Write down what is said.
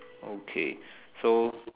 okay so